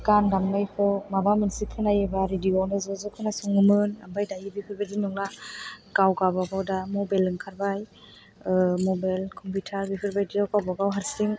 गान दामनायखौ माबा मोनसे खोनायोबा रेडिय'आवनो ज' ज' खोनासङोमोन ओमफ्राय दायो बेफोरबायदि नंला गाव गावबागाव दा मबाइल ओंखारबाय मबाइल कम्पिउटार बेफोर बायदियाव गावबागाव हारसिं